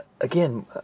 Again